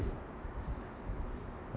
~ste